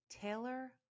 Taylor